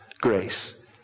Grace